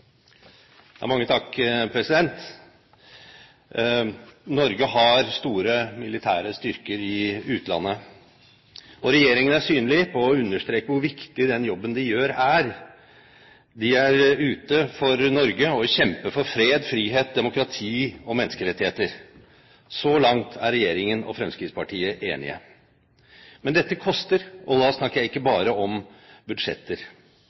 Norge har store militære styrker i utlandet. Regjeringen er synlig på å understreke hvor viktig den jobben de gjør, er. De er ute for Norge og kjemper for fred, frihet, demokrati og menneskerettigheter. Så langt er regjeringen og Fremskrittspartiet enig. Men dette koster, og da snakker jeg ikke bare om budsjetter.